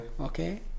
okay